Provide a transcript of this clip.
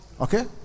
Okay